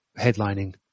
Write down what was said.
headlining